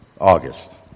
August